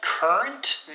Current